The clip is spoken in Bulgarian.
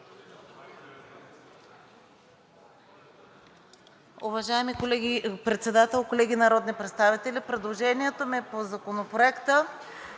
Уважаеми господин Председател, колеги народни представители! Предложението ми по Законопроекта